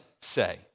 say